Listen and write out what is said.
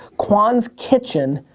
kwan's kitchen,